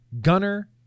Gunner